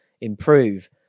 improve